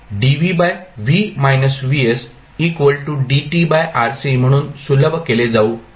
हे म्हणून सुलभ केले जाऊ शकते